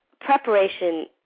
preparation